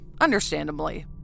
understandably